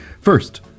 first